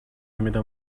نمیده